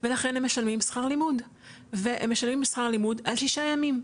ולכן הם משלמים שכר לימוד והם משלמים שכר לימוד על שישה ימים,